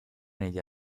negli